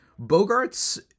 Bogarts